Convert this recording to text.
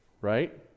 right